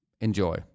Enjoy